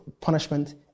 punishment